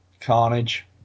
Carnage